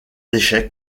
échec